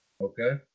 Okay